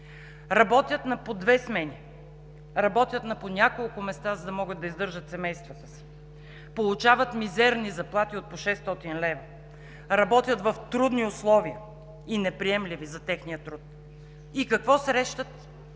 работят на по две смени, работят на по няколко места, за да могат да издържат семействата си, получават мизерни заплати от по 600 лв., работят в трудни условия, неприемливи за техния труд. И какво срещат?